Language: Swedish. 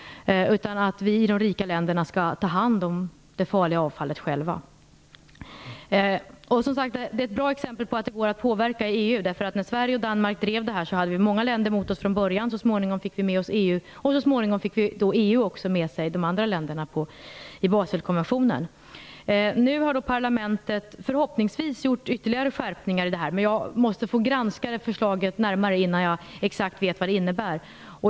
Vi skall i de rika länderna ta hand om det farliga avfallet själva. Det är som sagt ett bra exempel på att det går att påverka i EU. När Sverige och Danmark drev frågan hade vi från början många länder emot oss. Så småningom fick vi med oss EU, och så småningom fick EU med sig de andra länderna på Baselkonventionen. Nu har parlamentet förhoppningsvis gjort ytterligare skärpningar, men jag måste få granska förslaget närmare innan jag exakt vet vad det innebär.